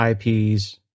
IPs